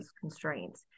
constraints